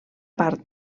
part